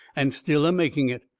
and still a-making it,